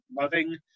Loving